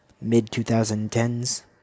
mid-2010s